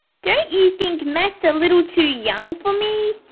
don't you think matt's a little too young for me?